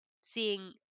seeing